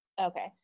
Okay